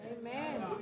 Amen